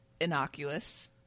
innocuous